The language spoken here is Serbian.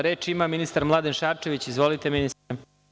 Reč ima ministar Mladen Šarčević, izvolite ministre.